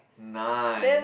nice